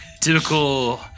Typical